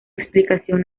explicación